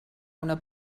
una